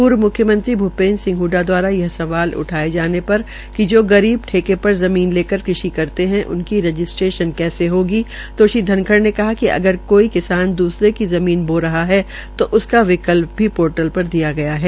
पर्व मुख्यमंत्री भुपेन्द्र सिंह हडडा द्वारा यह सवाल उठाये जाने पर कि जो गरीब ठेके पर ज़मीन लेकर कृषि करते है उकनी रजिस्ट्रेशन कैसे होगी तो श्री धनखड़ ने कहा कि अग कोई किसान द्सरे की ज़मीन दो रहा है तो उसका विकल्प भी पोर्टल पर दिया गया है